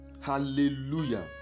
hallelujah